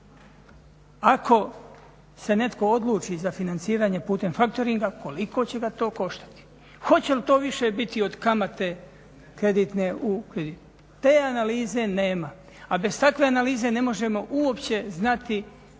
Ako se netko odluči za financiranje putem factoringa koliko će ga to koštati? Hoće li to više biti od kamate kreditne? Te analize nema. A bez takve analize ne možemo uopće znati